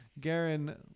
Garen